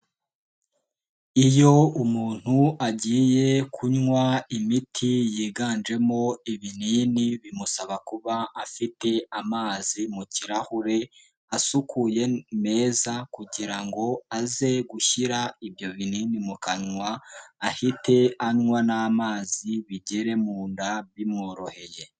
Iyo umuntu agiye kunywa imiti yiganjemo ibinini, bimusaba kuba afite amazi mu kirahure, asukuye meza kugira ngo aze gushyira ibyo binini mu kanwa, ahite anywa n'amazi bigere mu nda bimworoheye.